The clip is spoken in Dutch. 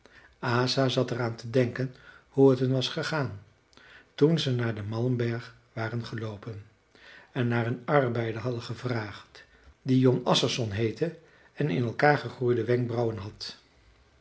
asa zat er aan te denken hoe t hun was gegaan toen ze naar den malmberg waren geloopen en naar een arbeider hadden gevraagd die jon assarsson heette en in elkaar gegroeide wenkbrauwen had